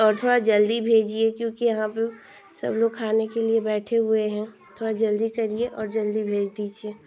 और थोड़ा जल्दी भेजिए क्योंकि यहाँ पर सबलोग खाने के लिए बैठे हुए हैं थोड़ा जल्दी करिए और जल्दी भेज दीजिए